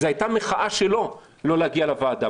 זאת היתה מחאה שלו לא להגיע למליאה.